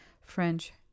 French